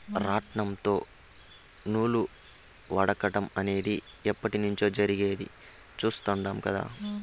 రాట్నంతో నూలు వడకటం అనేది ఎప్పట్నుంచో జరిగేది చుస్తాండం కదా